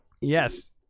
Yes